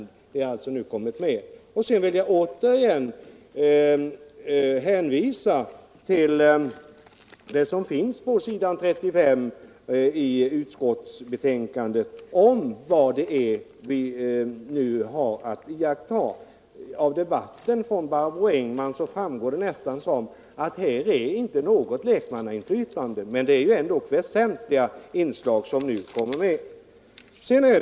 Det har emellertid nu kommit med. Jag vill åter hänvisa till det som står på s. 35 i betänkandet om vad vi nu har att iaktta. På Barbro Engmans inlägg verkar det nästan som om här inte förekommer något lekmannainflytande. Men väsentliga inslag kommer ju ändå med.